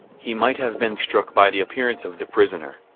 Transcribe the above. he might have been struck by the appearance of the prisoner.